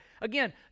Again